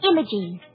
Imogene